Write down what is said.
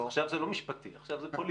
עכשיו זה לא משפטי, עכשיו זה פוליטי.